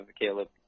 Caleb